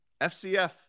FCF